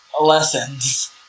lessons